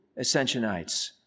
Ascensionites